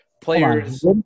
players